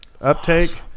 uptake